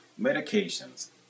medications